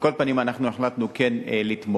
על כל פנים אנחנו החלטנו כן לתמוך.